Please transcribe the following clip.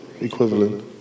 Equivalent